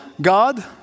God